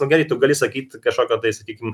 nu gerai tu gali sakyt kažkokio tai sakykim